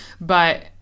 But-